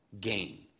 Gain